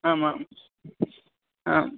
आमाम् आम्